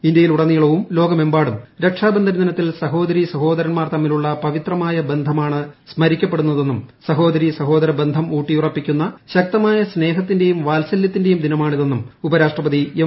ഇന്ത്യയിലുടനീളവും ലോകമെമ്പാടും രക്ഷാ ബന്ധൻ ദിനത്തിൽ സഹോദരീ സഹോദരന്മാർ തമ്മിലുള്ള പവിത്രമായ ബന്ധമാണ് സ്മരിക്കപ്പെടുന്നതെന്നും സഹോദരീ സഹോദര ബന്ധം ശക്തമായ സ്നേഹത്തിന്റെയും ഊട്ടിയുറപ്പിക്കുന്ന വാത്സല്യത്തിന്റെയും ദിനമാണിതെന്നും ഉപരാഷ്ട്രപതി എം